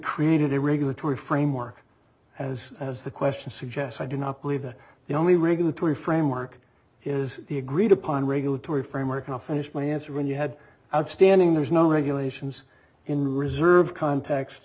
created a regulatory framework as as the question suggests i do not believe that the only regulatory framework is the agreed upon regulatory framework now finished my answer when you had outstanding there's no regulations in reserve